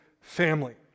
family